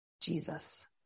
Jesus